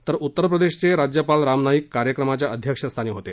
तर उत्तर प्रदेशाचे राज्यपाल राम नाईक या कार्यक्रमाच्या अध्यक्षस्थानी होते